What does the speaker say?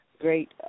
great